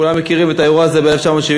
כולם מכירים את האירוע הזה מ-1975.